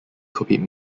copied